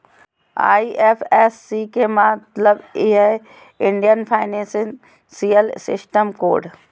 IFSC के मतलब हइ इंडियन फाइनेंशियल सिस्टम कोड